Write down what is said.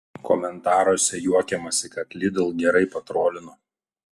komentaruose juokiamasi kad lidl gerai patrolino